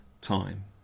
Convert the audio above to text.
time